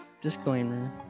Disclaimer